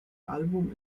album